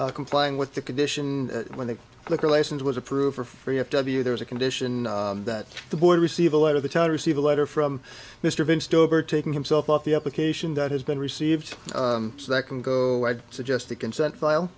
w complying with the condition when the liquor license was approved for free up w there is a condition that the board receive a lot of the town receive a letter from mr vin stober taking himself off the application that has been received so that can go i'd suggest the consent file